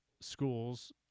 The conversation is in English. schools